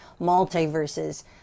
multiverses